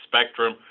spectrum